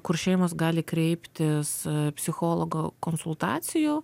kur šeimos gali kreiptis psichologo konsultacijų